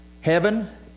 heaven